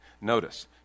Notice